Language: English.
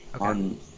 on